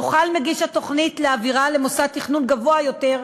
יוכל מגיש התוכנית להעבירה למוסד תכנון גבוה יותר,